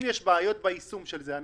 אם יש בעיות ביישום של זה,